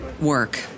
work